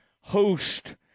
host